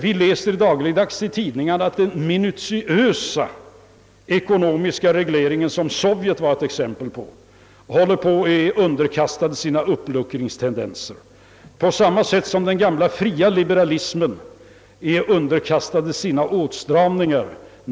Vi läser dagligdags i tidningarna att den minutiösa ekonomiska reglering som Sovjet varit exempel på håller på att uppluckras, på samma sätt som den gamla friliberalismen får acceptera åtstramningar.